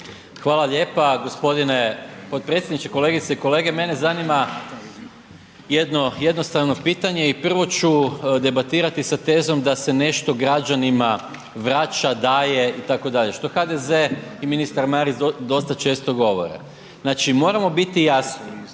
Hvala lijepa gospodine potpredsjedniče. Kolegice i kolege mene zanima jedno jednostavno pitanje i prvo ću debatirati sa tezom da se nešto građanima vraća, daje itd. što HDZ i ministar Marić dosta često govore. Znači moramo biti jasni